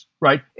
right